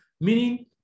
Meaning